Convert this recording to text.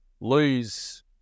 lose